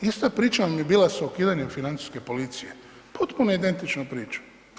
Ista priča vam je bila s ukidanjem financijske policije, potpuno identična priča.